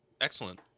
excellent